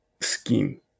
scheme